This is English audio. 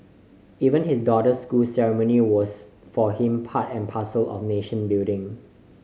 even his daughter's school ceremony was for him part and parcel of nation building